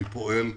אני פועל לביטולה,